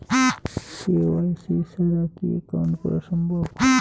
KYC ছাড়া কি account করা সম্ভব?